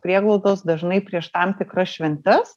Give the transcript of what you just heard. prieglaudos dažnai prieš tam tikras šventes